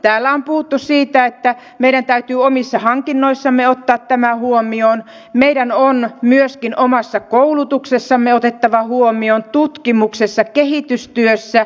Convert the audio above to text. täällä on puhuttu siitä että meidän täytyy omissa hankinnoissamme ottaa tämä huomioon ja meidän on myöskin otettava tämä huomioon omassa koulutuksessamme tutkimuksessamme kehitystyössämme